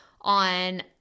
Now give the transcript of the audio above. on